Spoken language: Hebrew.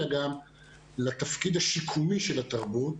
אלא גם לתפקיד השיקומי של התרבות